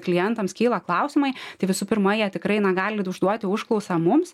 klientams kyla klausimai tai visų pirma jie tikrai na galit užduoti užklausą mums